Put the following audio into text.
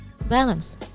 balance